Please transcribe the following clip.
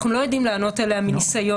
אנחנו לא יודעים לענות עליה מניסיון.